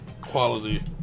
quality